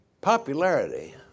popularity